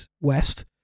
west